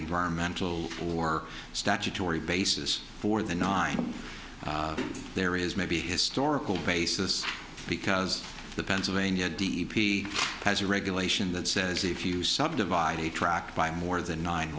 environmental or statutory basis for the not there is maybe a historical basis because the pennsylvania d e p t has a regulation that says if you subdivide a truck by more than nine